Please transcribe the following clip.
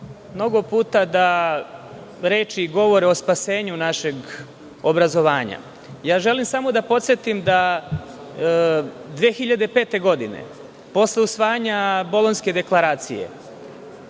mnogo puta da reči govore o spasenju našeg obrazovanja. Ja želim samo da podsetim da 2005. godine, posle usvajanja Bolonjske deklaracije,